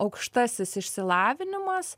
aukštasis išsilavinimas